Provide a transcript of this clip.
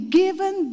given